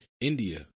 India